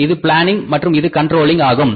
இது பிளானிங் மற்றும் இது கண்ட்ரோலிங் ஆகும்